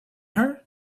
her